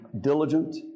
diligent